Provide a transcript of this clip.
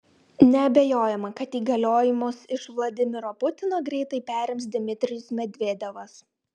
neabejojama kad įgaliojimus iš vladimiro putino greitai perims dmitrijus medvedevas